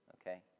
okay